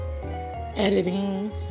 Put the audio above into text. editing